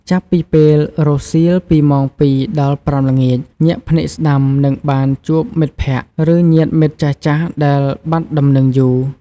ចាប់ ពីពេលរសៀល ពីម៉ោង ២ ដល់ ៥ ល្ងាច ញាក់ភ្នែកស្តាំ នឹងបានជួបមិត្តភក្តិ ឬញាតិមិត្តចាស់ៗដែលបាត់ដំណឹងយូរ។